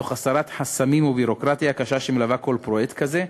תוך הסרת חסמים וביורוקרטיה קשה שמלווה כל פרויקט כזה,